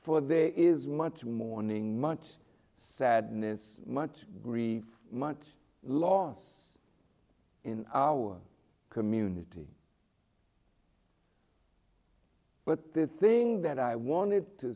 for there is much mourning much sadness much grief much loss in our community but this thing that i wanted to